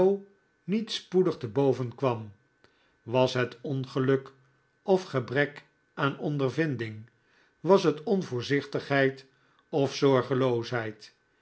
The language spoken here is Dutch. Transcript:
niet spoedig te boven kwam was het ongeluk of gebrek aan ondervinding was het onvoorzichtigheid of zorgeloosheid